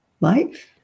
life